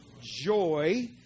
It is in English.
Joy